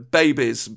babies